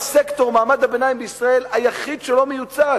סקטור מעמד הביניים בישראל הוא היחיד שלא מיוצג,